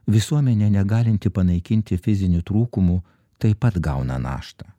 visuomenė negalinti panaikinti fizinių trūkumų taip pat gauna naštą